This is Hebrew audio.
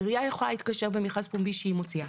עירייה יכולה להתקשר במכרז פומבי שהיא מוציאה.